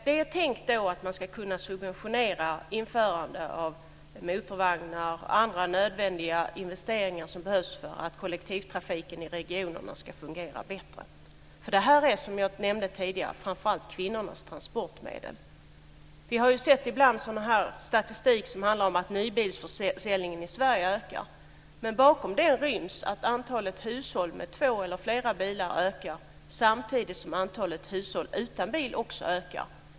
Det är tänkt att man ska kunna subventionera införande av motorvagnar, och det handlar om andra nödvändiga investeringar som behövs för att kollektivtrafiken i regionerna ska fungera bättre. Det här är, som jag nämnde tidigare, framför allt kvinnornas transportmedel. Vi har ibland sett statistik som handlar om att nybilsförsäljningen i Sverige ökar, men bakom den statistiken ryms att antalet hushåll med två eller flera bilar ökar samtidigt som antalet hushåll utan bil också ökar.